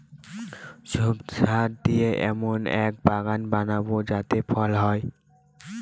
ঝোপঝাড় দিয়ে এমন একটা বাগান বানাবো যাতে ফল হয়